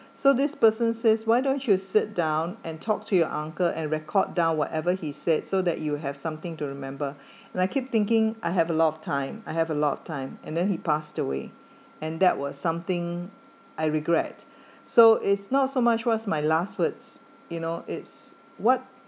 so this person says why don't you sit down and talk to your uncle and record down whatever he said so that you have something to remember and I keep thinking I have a lot of time I have a lot of time and then he passed away and that was something I regret so is not so much what's my last words you know it's what